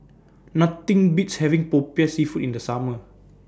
Nothing Beats having Popiah Seafood in The Summer